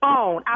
on